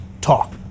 Talk